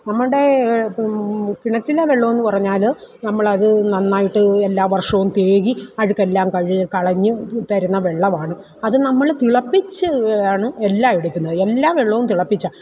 നമ്മളുടെ കിണറ്റിലെ വെള്ളമെന്നു പറഞ്ഞാൽ നമ്മൾ അത് നന്നായിട്ട് എല്ലാ വർഷവും തേകി അഴുക്കെല്ലാം കഴുകി കളഞ്ഞു തരുന്ന വെള്ളമാണ് അത് നമ്മൾ തിളപ്പിച്ച് ആണ് എല്ലാം എടുക്കുന്നത് എല്ലാ വെള്ളവും തിളപ്പിച്ചാൽ